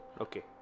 Okay